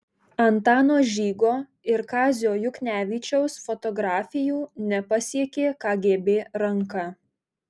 antano žygo ir kazio juknevičiaus fotografijų nepasiekė kgb ranka